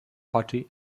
party